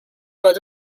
pot